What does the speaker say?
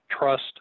trust